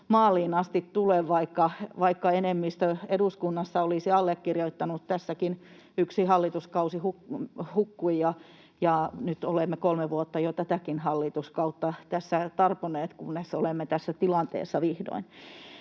maaliin asti tule, vaikka enemmistö eduskunnassa olisi allekirjoittanut. Tässäkin yksi hallituskausi hukkui, ja nyt olemme kolme vuotta jo tätäkin hallituskautta tässä tarponeet, kunnes olemme tässä tilanteessa vihdoin.